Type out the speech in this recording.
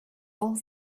all